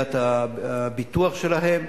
סוגיית הביטוח שלהם,